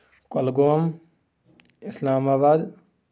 کۄلگوم اِسلام آباد